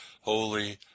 Holy